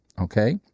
okay